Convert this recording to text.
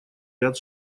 ряд